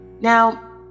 Now